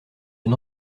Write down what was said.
une